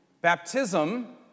baptism